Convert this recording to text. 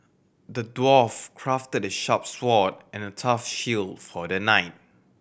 the dwarf crafted a sharp sword and a tough shield for the knight